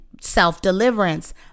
self-deliverance